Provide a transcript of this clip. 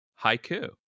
Haiku